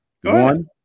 One